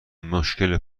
مشکل